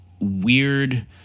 weird